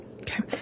Okay